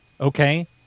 Okay